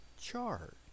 chart